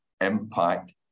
impact